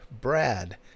Brad